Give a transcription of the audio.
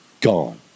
Gone